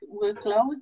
workload